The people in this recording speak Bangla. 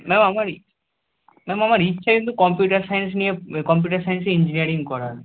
ম্যাম আমার ম্যাম আমার ইচ্ছা কিন্তু কম্পিউটার সায়েন্স নিয়ে কম্পিউটার সায়েন্সে ইঞ্জিনিয়ারিং করার